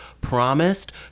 promised